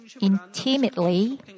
intimately